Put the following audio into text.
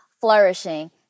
flourishing